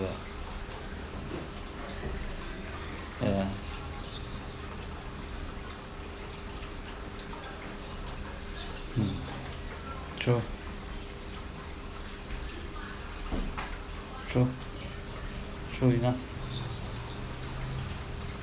ya mm sure sure sure enough